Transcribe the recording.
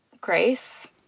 grace